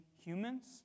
humans